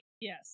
Yes